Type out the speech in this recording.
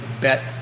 bet